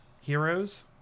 Heroes